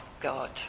God